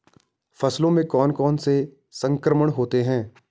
फसलों में कौन कौन से संक्रमण होते हैं?